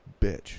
bitch